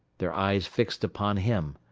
their eyes fixed upon him.